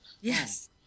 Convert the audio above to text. Yes